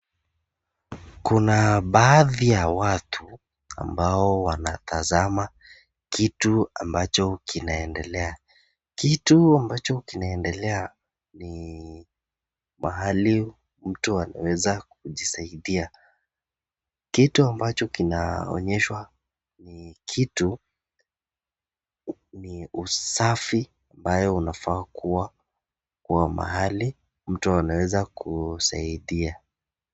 Kuna baadhi ya watu ambao wanatazama kitu ambacho kinaendelea. Kitu ambacho kinaendelea ni mahali mtu anaeza kujisaidia. Kitu ambacho kinaonyeshwa ni kitu ni usafi ambayo unafaa kuwa kwa mahali mtu anaeza kusaidia.